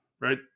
right